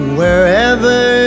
wherever